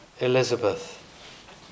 Elizabeth